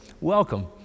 welcome